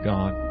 God